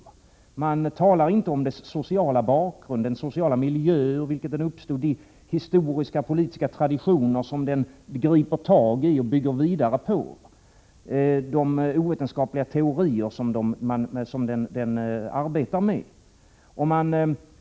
Man talar inte om dess sociala bakgrund, om den sociala miljö ur vilken den uppstod, om de historiska och politiska traditioner som den griper tag i och bygger vidare på eller om de ovetenskapliga teorier som den arbetar med.